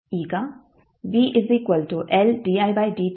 ಈಗ ಎಂದು ನಮಗೆ ತಿಳಿದಿದೆ